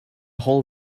whole